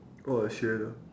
oh a trailer